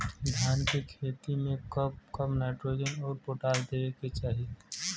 धान के खेती मे कब कब नाइट्रोजन अउर पोटाश देवे के चाही?